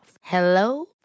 Hello